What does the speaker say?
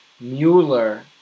Mueller